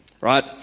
right